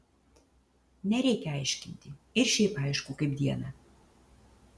nereikia aiškinti ir šiaip aišku kaip dieną